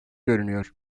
görünüyor